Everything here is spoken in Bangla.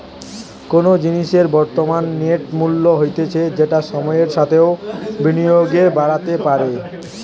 কোনো জিনিসের বর্তমান নেট মূল্য হতিছে যেটা সময়ের সাথেও বিনিয়োগে বাড়তে পারে